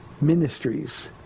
ministries